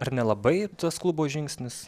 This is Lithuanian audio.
ar nelabai tas klubo žingsnis